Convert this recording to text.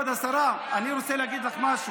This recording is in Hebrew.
כבוד השרה, אני רוצה להגיד לך משהו.